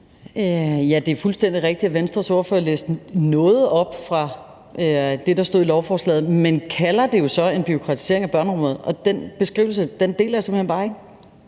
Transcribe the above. Det er fuldstændig rigtigt, at Venstres ordfører læste noget op fra det, der stod i lovforslaget, men hun kalder det jo så en bureaukratisering af børneområdet, og den beskrivelse deler jeg simpelt hen bare ikke.